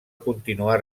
continuar